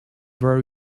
were